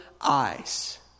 eyes